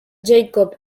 jacob